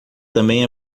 também